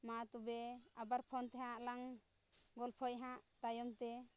ᱢᱟ ᱛᱚᱵᱮ ᱟᱵᱟᱨ ᱯᱷᱳᱱ ᱛᱮᱦᱟᱸᱜ ᱞᱟᱝ ᱜᱚᱞᱯᱷᱚᱭᱟ ᱦᱟᱸᱜ ᱛᱟᱭᱚᱢ ᱛᱮ